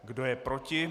Kdo je proti?